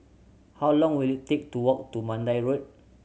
how long will it take to walk to Mandai Road